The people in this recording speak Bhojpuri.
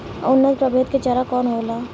उन्नत प्रभेद के चारा कौन होला?